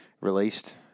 Released